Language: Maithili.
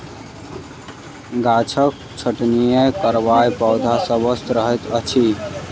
गाछक छटनीक कारणेँ पौधा स्वस्थ रहैत अछि